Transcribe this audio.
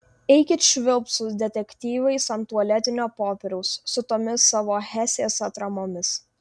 eikit švilpt su detektyvais ant tualetinio popieriaus su tomis savo hesės atramomis